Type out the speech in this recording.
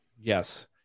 Yes